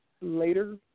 later